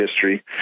history